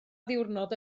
ddiwrnod